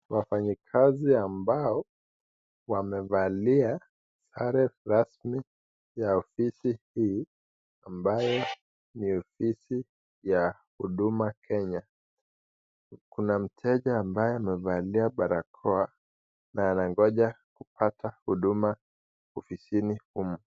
Wafanyikazi ambao wamevalia sare rasmi ya ofisi hii ambaye ni ofisi ya huduma kenya. Kuna mteja ambaye amevalia barakoa na anangoja kupata huduma ofisini humu.